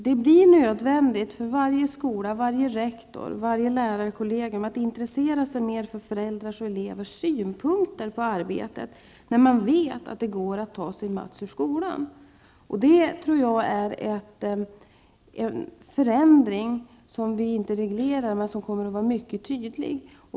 Det blir nödvändigt för varje skola, för varje rektor och för varje lärarkollegium att intressera sig mer för föräldrars och elevers synpunkter på arbetet när man vet att det går att ta sin Mats ur skolan. Det tror jag är en förändring som vi inte reglerar men som kommer att vara mycket tydlig.